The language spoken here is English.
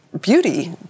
beauty